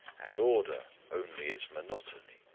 and order only its monotony.